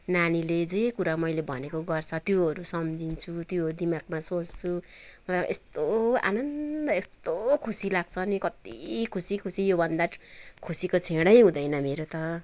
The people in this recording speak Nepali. नानीले जे कुरा मैले भनेको गर्छ त्योहरू सम्झिन्छु त्यो दिमागमा सोच्छु र यस्तो आनन्द यस्तो खुसी लाग्छ नि कत्ति खुसी खुसी योभन्दा खुसीको क्षणै हुँदैन मेरो त